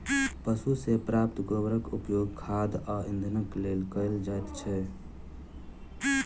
पशु सॅ प्राप्त गोबरक उपयोग खाद आ इंधनक लेल कयल जाइत छै